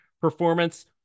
performance